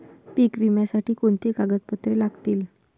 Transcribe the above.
पीक विम्यासाठी कोणती कागदपत्रे लागतील?